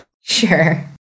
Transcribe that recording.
Sure